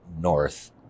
north